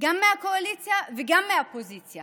גם מהקואליציה וגם מהאופוזיציה;